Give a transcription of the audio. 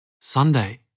Sunday